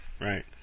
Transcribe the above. right